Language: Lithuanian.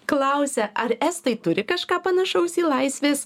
klausia ar estai turi kažką panašaus į laisvės